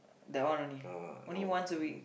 that one only only once a week